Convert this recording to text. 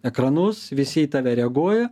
ekranus visi į tave reaguoja